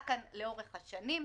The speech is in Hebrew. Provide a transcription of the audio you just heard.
תיקון חקיקה יכול להיות בשני צדדים